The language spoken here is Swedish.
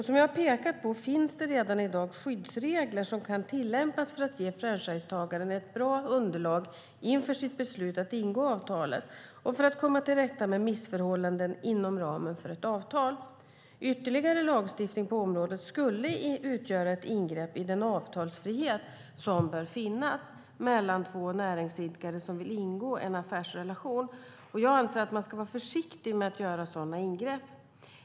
Som jag har pekat på finns det redan i dag skyddsregler som kan tillämpas för att ge franchisetagaren ett bra underlag inför sitt beslut att ingå avtalet och för att komma till rätta med missförhållanden inom ramen för ett avtal. Ytterligare lagstiftning på området skulle utgöra ett ingrepp i den avtalsfrihet som bör finnas mellan två näringsidkare som vill ingå en affärsrelation. Jag anser att man ska vara försiktig med att göra sådana ingrepp.